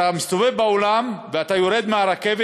אתה מסתובב בעולם ואתה יורד מהרכבת,